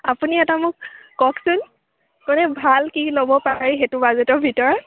আপুনি এটা মোক কওকচোন মানে ভাল কি ল'ব পাৰি সেইটো বাজেটৰ ভিতৰত